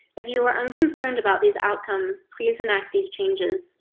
if you were unconcerned about these outcomes, please enact these changes.